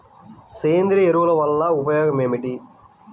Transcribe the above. సేంద్రీయ ఎరువుల వల్ల ఉపయోగమేమిటీ?